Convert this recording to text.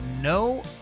no